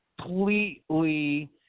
completely